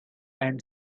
and